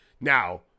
Now